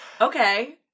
Okay